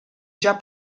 già